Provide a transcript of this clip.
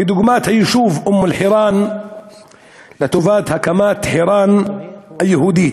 כדוגמת היישוב אום-אלחיראן לטובת הקמת חירן היהודית.